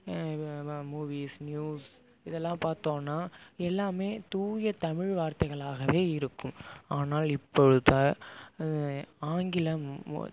இவ் movies news இதெல்லாம் பார்த்தோன்னா எல்லாமே தூயதமிழ் வாரத்தைகளாகவே இருக்கும் ஆனால் இப்பொழுது ஆங்கிலம்